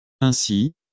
Ainsi